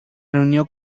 reunió